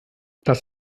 das